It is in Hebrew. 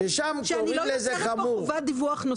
שם קוראים לזה "חמור".